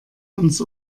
uns